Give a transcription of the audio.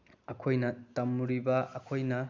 ꯑꯩꯈꯣꯏꯅ ꯇꯝꯂꯨꯔꯤꯕ ꯑꯩꯈꯣꯏꯅ